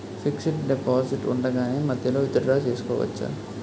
Fixed deposit ఉండగానే మధ్యలో withdraw చేసుకోవచ్చా?